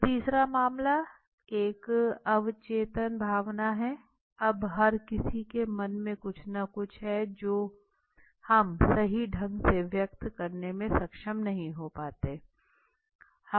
तो तीसरा मामला एक अवचेतन भावना है अब हर किसी के मन में कुछ न कुछ है जो हम सही ढंग से व्यक्त करने में सक्षम नहीं हो पाते